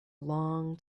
long